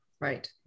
Right